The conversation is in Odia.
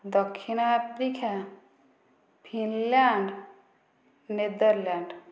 ଦକ୍ଷିଣ ଆଫ୍ରିକା ଫିନ୍ଲ୍ୟାଣ୍ଡ୍ ନେଦର୍ଲ୍ୟାଣ୍ଡ୍